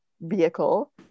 vehicle